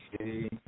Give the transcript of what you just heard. Okay